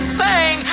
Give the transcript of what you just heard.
sang